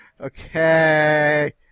Okay